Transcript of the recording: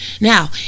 Now